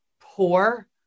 poor